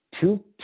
two